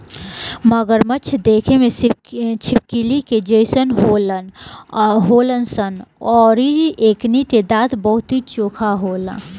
मगरमच्छ देखे में छिपकली के जइसन होलन सन अउरी एकनी के दांत बहुते चोख होला